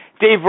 Dave